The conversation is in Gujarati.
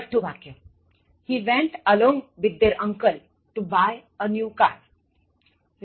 છઠ્ઠું વાક્ય He went along with their uncle to buy a new car